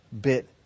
bit